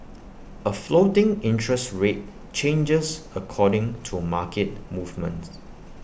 A floating interest rate changes according to market movements